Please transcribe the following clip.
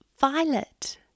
violet